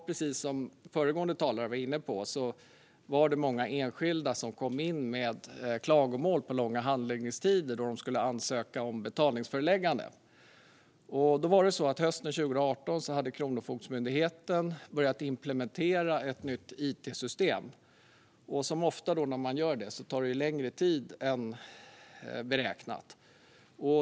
Precis som föregående talare var inne på var det många enskilda som kom in med klagomål om långa handläggningstider då de skulle ansöka om betalningsföreläggande. Hösten 2018 hade Kronofogdemyndigheten börjat att implementera ett nytt it-system. Som ofta när man gör det tar det längre tid än beräknat.